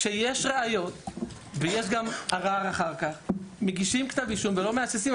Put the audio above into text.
כשיש ראיות ויש גם ערר אחר כך מגישים כתב אישום ולא מהססים.